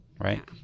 right